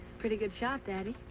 pretty good shot, daddy.